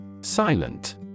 Silent